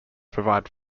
provide